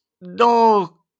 no